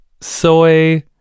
Soy